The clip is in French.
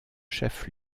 chef